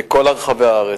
בכל רחבי הארץ.